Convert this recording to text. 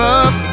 up